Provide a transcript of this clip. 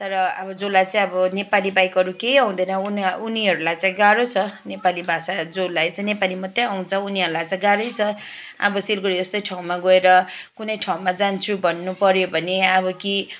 तर अब जसलाई चाहिँ अब नेपाली बाहेक अरू केही आउँदैन उनीहरूलाई चाहिँ गाह्रो छ नेपाली भाषा जसलाई चाहिँ नेपाली मात्र आउँछ उनीहरूलाई चाहिँ गाह्रै छ अब सिलगढी जस्तै ठाउँमा गएर कुनै ठाउँमा जान्छु भन्नु पऱ्यो भने अब कि